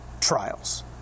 trials